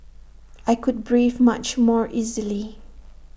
I could breathe much more easily